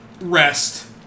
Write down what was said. rest